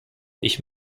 ich